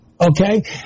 Okay